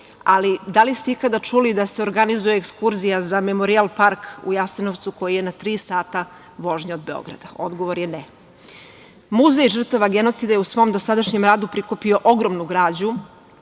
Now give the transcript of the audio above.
ali da li ste ikada čuli da se organizuje ekskurzija za Memorijal park u Jasenovcu koji je na tri sada vožnje od Beograda? Odgovor je ne. Muzej žrtva genocida je u svom dosadašnjem radu prikupio ogromnu građu